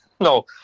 No